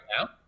now